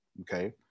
okay